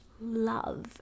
love